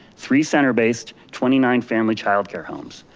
three center based, twenty nine family childcare homes,